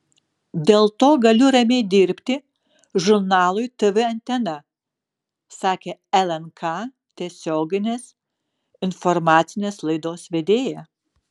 dėl to galiu ramiai dirbti žurnalui tv antena sakė lnk tiesioginės informacinės laidos vedėja